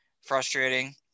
Frustrating